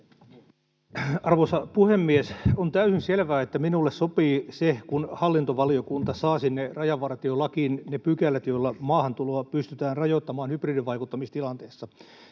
Arvoisa puhemies! On täysin selvää, että minulle sopii se, kun hallintovaliokunta saa sinne rajavartiolakiin ne pykälät, joilla maahantuloa pystytään rajoittamaan hybridivaikuttamistilanteessa.